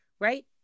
right